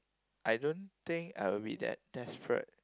I don't think I will be that desperate